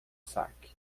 saque